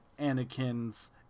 anakin's